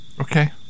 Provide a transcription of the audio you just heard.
Okay